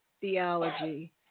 theology